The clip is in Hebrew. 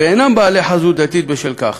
ובשל כך